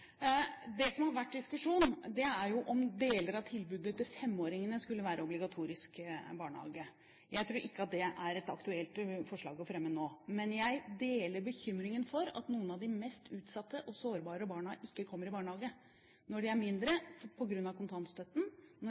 Det som har vært diskusjonen, er om deler av tilbudet til femåringene skulle være obligatorisk barnehage. Jeg tror ikke at det er et aktuelt forslag å fremme nå. Men jeg deler bekymringen for at noen av de mest utsatte og sårbare barna ikke kommer i barnehage – når de er mindre, på grunn av kontantstøtten, og når